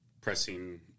pressing